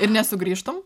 ir nesugrįžtum